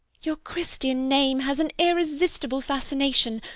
your christian name has an irresistible fascination.